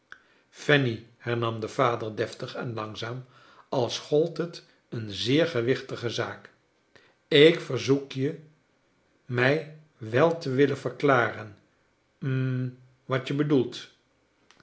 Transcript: fanny hernam de vader deftig en langzaam als gold tiet een zeer gewichtige zaak ik verzoek je mij wel te willen verklaren hm wat je bedoelt